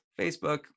Facebook